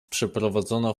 przeprowadzono